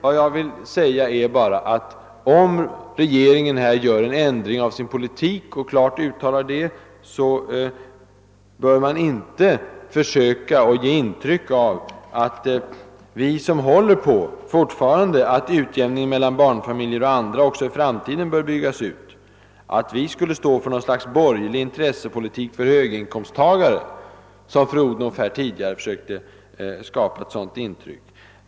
Vad jag vill säga är, att om regeringen ändrar sin politik och klart uttalar det, bör man inte försöka ge intryck av att vi, som fortfarande håller på att utjämningen mellan barnfamiljer och andra också i framtiden bör byggas ut, skulle stå för någon sorts borgerlig intressepolitik för höginkomsttagare. Det var ett sådant intryck som fru Odhnoff försökte skapa.